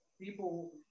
people